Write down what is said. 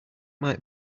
might